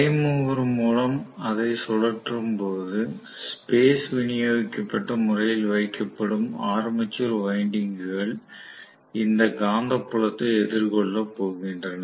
prime mover மூலம் அதை சுழற்றும்போது ஸ்பேஸ் விநியோகிக்கப்பட்ட முறையில் வைக்கப்படும் ஆர்மேச்சர் வைண்டிங்க்குகள் இந்த காந்தப்புலத்தை எதிர்கொள்ளப் போகின்றன